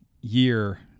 year